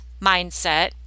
mindset